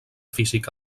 físic